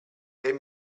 per